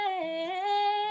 Hey